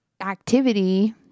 activity